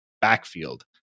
backfield